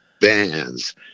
bands